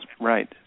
right